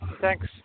Thanks